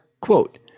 quote